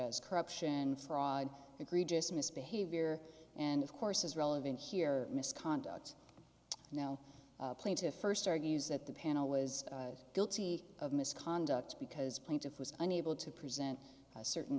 as corruption fraud egregious misbehavior and of course is relevant here misconduct now plaintiff first argues that the panel was guilty of misconduct because plaintiff was unable to present certain